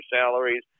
salaries